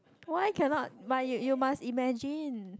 why cannot but you you must imagine